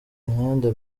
mihanda